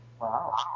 Wow